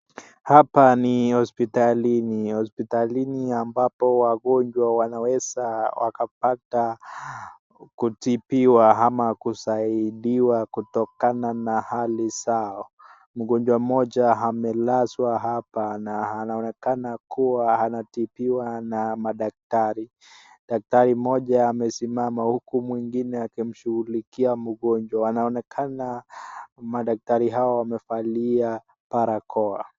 Hapa ni hospitalini, hospitalini ambapo wagonjwa wanaweza wakapata kutibiwa ama kusaidiwa kutokana na hali zao. Mgonjwa mmoja amelazwa hapa na anaonekana kuwa anatibiwa na madaktari. Daktari mmoja amesimama huku mwingine akimshughulikia mgonjwa. Wanaonekana madaktari hao wamevalia barakoa.